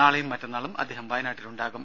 നാളെയും മറ്റന്നാളും അദ്ദേഹം വയനാട്ടിൽ ഉണ്ടാകും